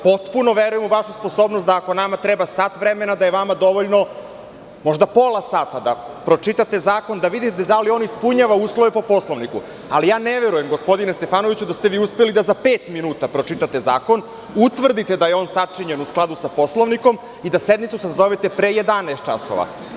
Potpuno verujem u vašu sposobnost da, ako nama treba sat vremena, da je vama dovoljno možda pola sata da pročitate zakon da vidite da li on ispunjava uslove po Poslovniku, ali ja ne verujem gospodine Stefanoviću da ste vi uspeli da za pet minuta pročitate zakon, utvrdite da je on sačinjen u skladu sa Poslovnikom i da sednicu sazovete pre 11.00 časova.